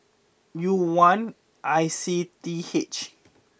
U one I C T H